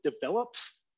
develops